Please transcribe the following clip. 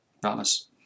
Promise